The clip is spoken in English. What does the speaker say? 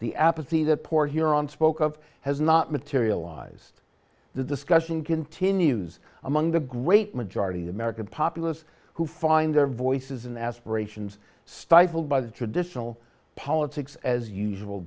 the apathy that port huron spoke of has not materialized the discussion continues among the great majority of american populace who find their voices and aspirations stifled by the traditional politics as usual